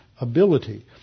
ability